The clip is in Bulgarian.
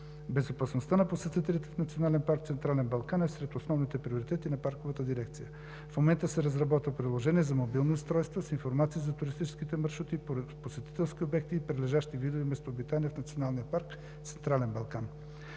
Безопасността на посетителите в Национален парк „Централен Балкан“ е сред основните приоритети на Парковата дирекция. В момента се разработва приложение за мобилни устройства с информация за туристическите маршрути, посетителски обекти и прилежащи местообитания в Национален